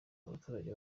abaturage